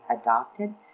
adopted